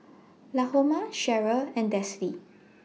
Lahoma Sherryl and Dessie